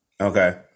Okay